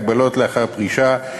הגבלות לאחר פרישה,